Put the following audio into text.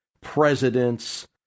presidents